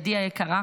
עדי היקרה,